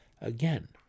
Again